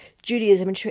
Judaism